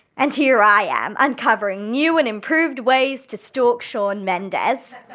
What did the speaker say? and here i am, uncovering new and improved ways to stalk shawn mendes.